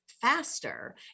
faster